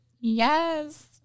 Yes